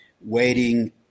waiting